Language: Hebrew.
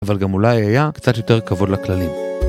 אבל גם אולי היה קצת יותר כבוד לכללים.